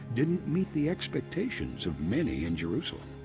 didn't meet the expectations of many in jerusalem.